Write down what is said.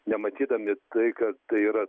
nematydami tai kad tai yra